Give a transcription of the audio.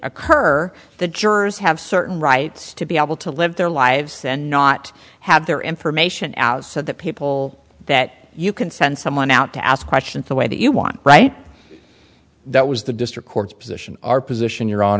occur the jurors have certain rights to be able to live their lives and not have their information out so that people that you can send someone out to ask questions the way that you want right that was the district court's position our position your